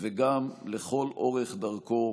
וגם לכל אורך דרכו